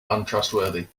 untrustworthy